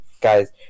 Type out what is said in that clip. guys